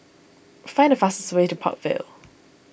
find the fastest way to Park Vale